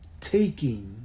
taking